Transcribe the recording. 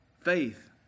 Faith